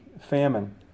famine